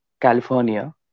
California